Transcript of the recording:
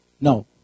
No